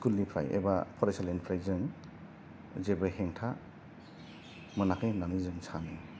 स्कुलनिफ्राय एबा फरायसालिनिफ्राय जों जेबो हेंथा मोननाखै होननानै जों सानो